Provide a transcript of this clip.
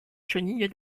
chenilles